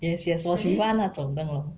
yes yes 我喜欢那种灯笼